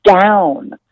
down